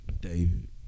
David